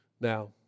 Now